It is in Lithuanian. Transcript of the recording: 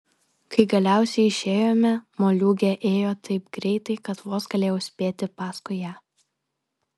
kai galiausiai išėjome moliūgė ėjo taip greitai kad vos galėjau spėti paskui ją